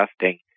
adjusting